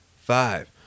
Five